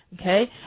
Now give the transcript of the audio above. Okay